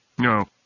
No